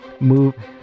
move